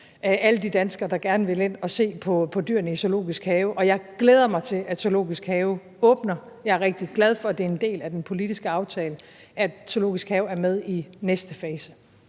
alle de danskere, der gerne vil ind og se på dyrene i Zoologisk Have, og jeg glæder mig til, at Zoologisk Have åbner. Jeg er rigtig glad for, at det er en del af den politiske aftale, at Zoologisk Have er med i næste fase.